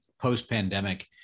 post-pandemic